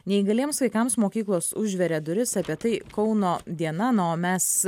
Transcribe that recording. neįgaliems vaikams mokyklos užveria duris apie tai kauno diena na o mes